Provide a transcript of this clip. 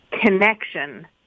connection